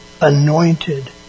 anointed